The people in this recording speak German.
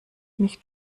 nicht